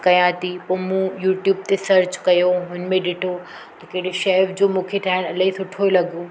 कयां थी पोइ मां यूट्यूब ते सर्च कयो हुनमें ॾिठो त कहिड़े शेफ जो मूंखे ठाहिण इलाही सुठो लॻो